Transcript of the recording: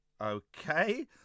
Okay